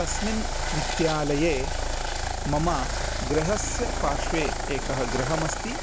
तस्मिन् विद्यालये मम गृहस्य पार्श्वे एकः गृहमस्ति